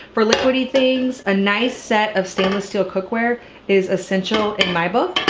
for liquidy things, a nice set of stainless steel cookware is essential in my book.